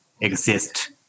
exist